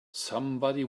somebody